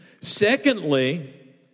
Secondly